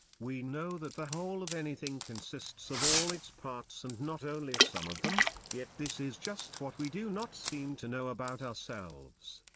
we know that the whole of anything consists of all its parts and not only of some of them yet this is just what we do not seem to know about ourselves.